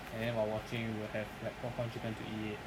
and then while watching we'll have like popcorn chicken to eat